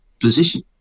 position